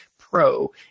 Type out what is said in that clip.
Pro